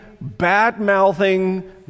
bad-mouthing